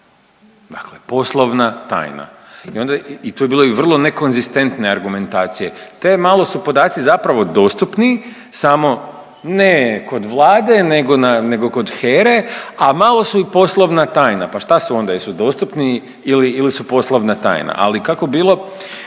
dakle poslovna tajna. I to je bilo i vrlo nekonzistentne argumentacije. Te malo su podaci zapravo dostupni samo ne kod Vlade nego kod HERA-e, a malo su i poslovna tajna. Pa šta su onda? Jesu dostupni ili su poslovna tajna? Ali kako bilo,